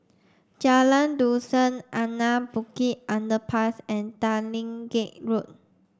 Jalan Dusan Anak Bukit Underpass and Tanglin Gate Road